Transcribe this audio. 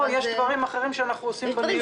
יש דברים אחרים שאנחנו עושים בניוד.